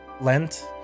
Lent